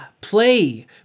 play